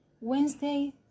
Wednesday